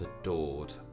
adored